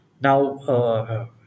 now